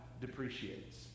depreciates